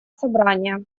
собрания